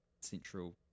central